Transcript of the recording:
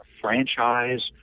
franchise